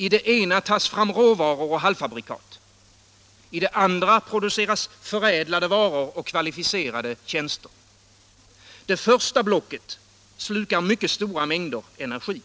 I det ena tas fram råvaror och halvfabrikat. I det andra produceras förädlade varor och kvalificerade tjänster. Det första blocket slukar mycket stora mängder energi.